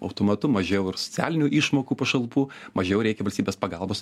automatu mažiau ir socialinių išmokų pašalpų mažiau reikia valstybės pagalbos